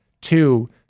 two